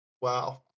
Wow